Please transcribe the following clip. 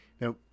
Now